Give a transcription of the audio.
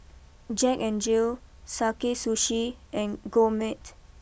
Jack N Jill Sakae Sushi and Gourmet